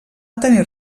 tenir